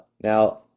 Now